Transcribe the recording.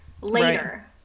later